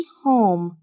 home